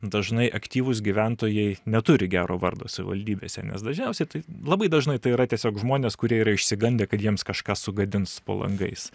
dažnai aktyvūs gyventojai neturi gero vardo savivaldybėse nes dažniausiai tai labai dažnai tai yra tiesiog žmonės kurie yra išsigandę kad jiems kažką sugadins po langais